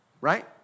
Right